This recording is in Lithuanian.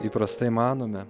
įprastai manome